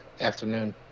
afternoon